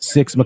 Six